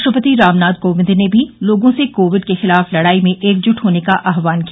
राष्ट्रपति रामनाथ कोविंद ने भी लोगों से कोविड के खिलाफ लडाई में एकजुट होने का आह्वान किया